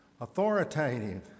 authoritative